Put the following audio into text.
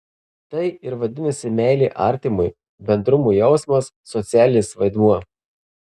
tai ir vadinasi meilė artimui bendrumo jausmas socialinis vaidmuo